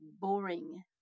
boring